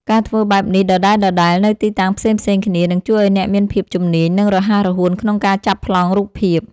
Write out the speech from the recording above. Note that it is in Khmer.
ការធ្វើបែបនេះដដែលៗនៅទីតាំងផ្សេងៗគ្នា នឹងជួយឱ្យអ្នកមានភាពជំនាញ និងរហ័សរហួនក្នុងការចាប់ប្លង់រូបភាព។